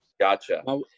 Gotcha